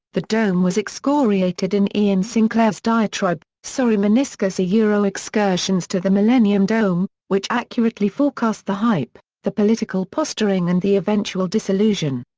the dome was excoriated in iain sinclair's diatribe, sorry meniscus yeah excursions to the millennium dome, which accurately forecast the hype, the political posturing and the eventual disillusion.